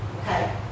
okay